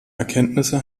erkenntnisse